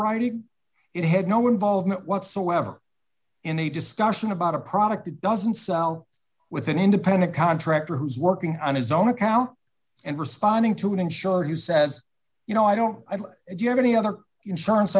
writing it had no involvement whatsoever in a discussion about a product that doesn't sell with an independent contractor who's working on his own account and responding to an insurer who says you know i don't have any other insurance